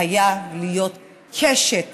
חייבת להיות קשת